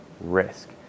risk